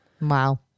Wow